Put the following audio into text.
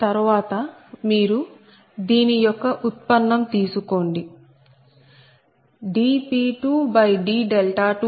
తరువాత మీరు దీని యొక్క ఉత్పన్నం తీసుకోండి dP2d20